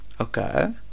Okay